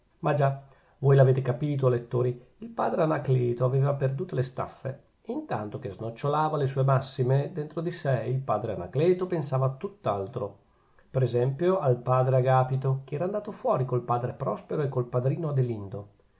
ma già voi l'avete capito o lettori il padre anacleto aveva perdute le staffe e intanto che snocciolava le sue massime dentro di sè il padre anacleto pensava a tutt'altro per esempio al padre agapito che era andato fuori col padre prospero e col padrino adelindo